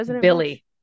Billy